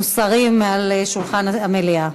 מוסר מעל שולחן המליאה.